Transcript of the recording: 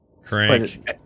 Crank